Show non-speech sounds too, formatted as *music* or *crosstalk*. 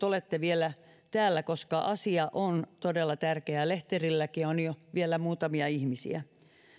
*unintelligible* olette vielä täällä koska asia on todella tärkeä lehterilläkin on vielä muutamia ihmisiä